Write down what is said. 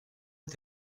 est